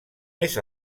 més